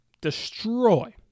destroy